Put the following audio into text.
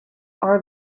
are